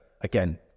again